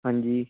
ਹਾਂਜੀ